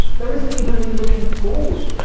there isn't even any looking forward.